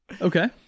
okay